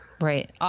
Right